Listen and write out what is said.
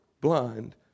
blind